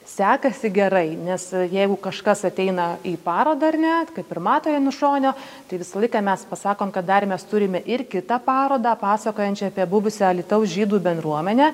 sekasi gerai nes jeigu kažkas ateina į parodą ar net kaip ir mato janušonio tai visą laiką mes pasakom kad dar mes turim ir kitą parodą pasakojančią apie buvusią alytaus žydų bendruomenę